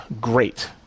great